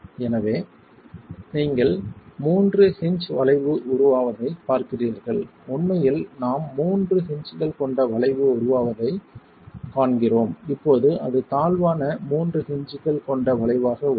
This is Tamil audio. எனவே நீங்கள் மூன்று ஹின்ஜ் வளைவு உருவாவதைப் பார்க்கிறீர்கள் உண்மையில் நாம் மூன்று ஹின்ஜ்கள் கொண்ட வளைவு உருவாவதைக் காண்கிறோம் இப்போது அது தாழ்வான மூன்று ஹின்ஜ்கள் கொண்ட வளைவாக உள்ளது